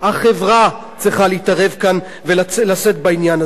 החברה צריכה להתערב כאן ולשאת בעניין הזה.